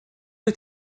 wyt